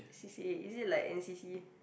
C_C_A is it like n_c_c